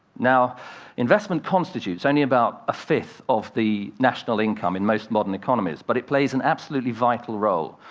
now investment constitutes only about a fifth of the national income in most modern economies, but it plays an absolutely vital role.